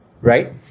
right